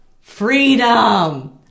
Freedom